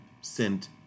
sent